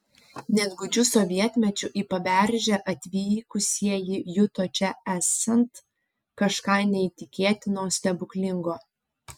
net gūdžiu sovietmečiu į paberžę atvykusieji juto čia esant kažką neįtikėtino stebuklingo